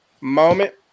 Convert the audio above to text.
moment